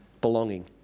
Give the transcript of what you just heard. Belonging